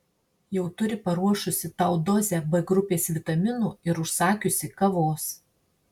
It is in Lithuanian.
jau turi paruošusi tau dozę b grupės vitaminų ir užsakiusi kavos